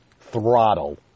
throttle